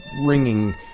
ringing